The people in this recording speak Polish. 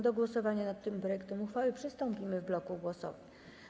Do głosowania nad tym projektem uchwały przystąpimy w bloku głosowań.